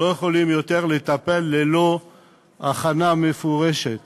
לא יוכלו יותר לטפל ללא הכנה מפורשת